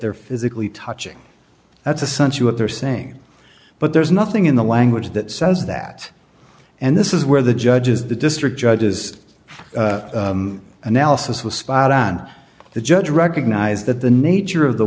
they're physically touching that's essential what they're saying but there's nothing in the language that says that and this is where the judges the district judges analysis was spot on the judge recognize that the nature of the